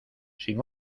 sin